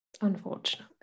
unfortunately